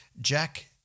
Jack